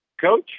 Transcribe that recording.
coach